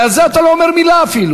ועל זה אתה לא אומר מילה אפילו.